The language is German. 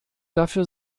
dafür